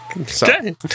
Okay